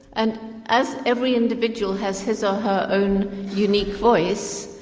and as every individual has his or her own unique voice,